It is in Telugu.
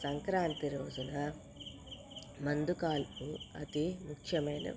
సంక్రాంతి రోజున మందు కాల్పు అతి ముఖ్యమైనవి